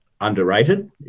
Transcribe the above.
underrated